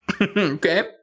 Okay